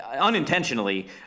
unintentionally